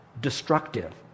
destructive